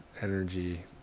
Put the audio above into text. energy